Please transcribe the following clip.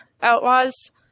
Outlaws